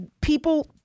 People